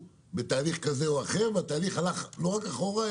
בתהליך כזה או אחר והתהליך הלך לא רק אחורה,